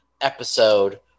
episode